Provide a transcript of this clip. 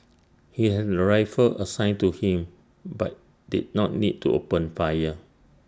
he had A rifle assigned to him but did not need to open fire